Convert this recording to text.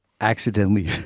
accidentally